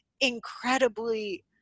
incredibly